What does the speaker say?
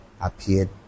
appeared